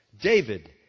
David